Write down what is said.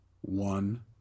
one